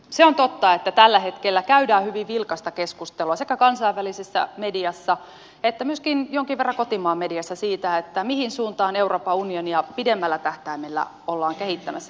se on totta että tällä hetkellä käydään hyvin vilkasta keskustelua sekä kansainvälisessä mediassa että myöskin jonkin verran kotimaan mediassa siitä mihin suuntaan euroopan unionia pidemmällä tähtäimellä ollaan kehittämässä